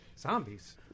zombies